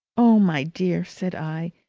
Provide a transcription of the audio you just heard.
oh, my dear! said i.